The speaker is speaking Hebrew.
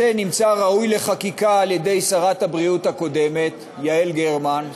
החוק הזה נמצא ראוי לחקיקה על-ידי שרת הבריאות הקודמת יעל גרמן,